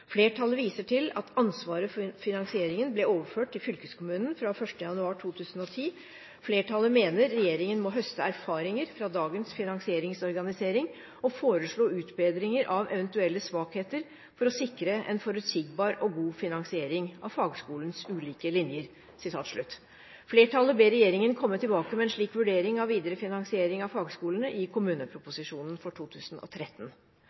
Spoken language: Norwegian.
Flertallet viser til at ansvaret for finansieringen ble overført til fylkeskommunen fra 1. januar 2010. Flertallet mener regjeringen må høste erfaringer fra dagens finansieringsorganisering og foreslå utbedringer av eventuelle svakheter, for å sikre en forutsigbar og god finansiering av fagskolens ulike linjer.» Flertallet ber regjeringen komme tilbake med en slik vurdering av videre finansiering av fagskolene i